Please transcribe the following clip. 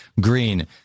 Green